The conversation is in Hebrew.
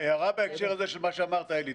הערה בהקשר של מה שאמרת, אלי.